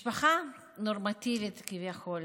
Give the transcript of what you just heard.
משפחה נורמטיבית כביכול.